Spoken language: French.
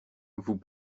vous